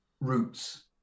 roots